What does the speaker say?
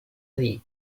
dir